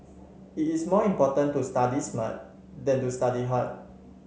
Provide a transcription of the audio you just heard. it is more important to study smart than to study hard